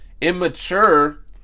immature